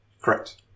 Correct